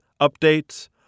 updates